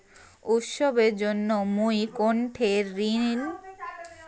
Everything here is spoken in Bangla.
উৎসবের জন্য মুই কোনঠে ছোট ঋণ পাওয়া পারি?